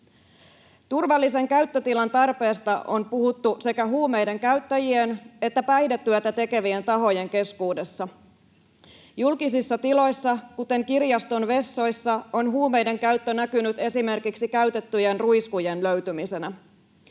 Turvallisen käyttötilan tarpeesta on puhuttu sekä huumeiden käyttäjien että päihdetyötä tekevien tahojen keskuudessa. Julkisissa tiloissa, kuten kirjaston vessoissa, on huumeiden käyttö näkynyt esimerkiksi käytettyjen ruiskujen löytymisenä.